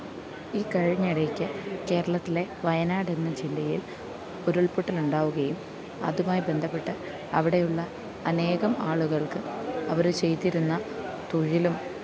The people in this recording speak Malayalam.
ഈ കഴിഞ്ഞ ഇടയ്ക്ക് കേരളത്തിലെ വയനാടെന്ന ജില്ലയില് ഉരുള്പൊട്ടൽ ഉണ്ടാവുകയും അതുമായി ബന്ധപ്പെട്ട് അവിടെയുള്ള അനേകം ആളുകള്ക്ക് അവർ ചെയ്തിരുന്ന തൊഴിലും